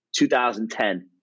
2010